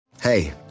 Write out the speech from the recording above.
Hey